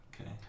okay